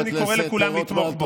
ולכן אני קורא לכולם לתמוך בו.